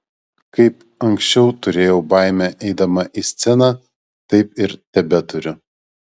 kaip anksčiau turėjau baimę eidama į sceną taip ir tebeturiu